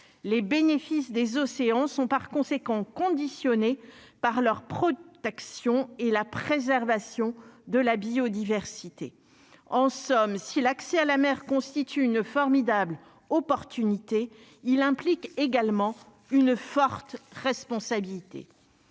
les bénéfices des océans sont par conséquent conditionnée par leur protection et la préservation de la biodiversité, en somme, si l'accès à la mer constitue une formidable opportunité, il implique également une forte responsabilité